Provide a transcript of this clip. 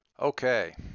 Okay